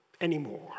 anymore